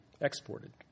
exported